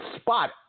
spot